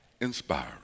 inspiring